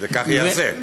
וכך ייעשה.